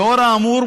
לנוכח האמור,